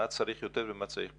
מה צריך יותר ומה צריך פחות.